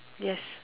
yes